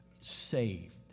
Saved